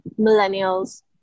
millennials